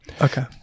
Okay